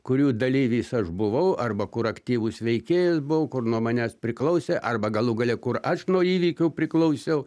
kurių dalyvis aš buvau arba kur aktyvus veikėjas buvau kur nuo manęs priklausė arba galų gale kur aš nuo įvykių priklausiau